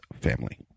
family